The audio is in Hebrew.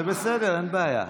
זה בסדר, אין בעיה,